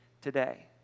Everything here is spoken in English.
today